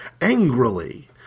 angrily